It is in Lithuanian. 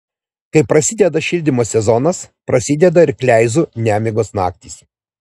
kai prasideda šildymo sezonas prasideda ir kleizų nemigos naktys